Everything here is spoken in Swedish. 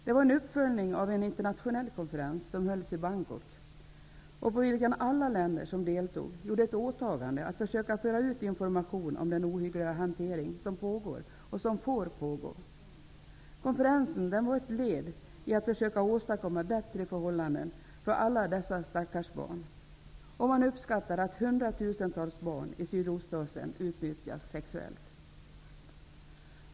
Det var en uppföljning av en internationell konferens som hölls i Bangkok, och på vilken alla länder som deltog gjorde åtagandet att försöka föra ut information om den ohyggliga hantering som pågår och som får pågå. Konferensen var ett led i att försöka åstadkomma bättre förhållanden för alla dessa barn. Man uppskattar att hundratusentals barn i Sydostasien utnyttjas sexuellt.